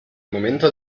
momento